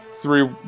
Three